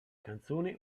canzone